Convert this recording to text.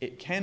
it can